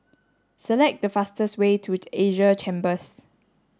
select the fastest way to Asia Chambers